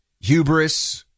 hubris